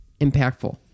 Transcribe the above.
impactful